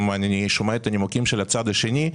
ואני שומע את הנימוקים של הצד השני.